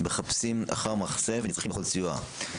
מחפשים אחר מחסה ונזקקים לכל סיוע.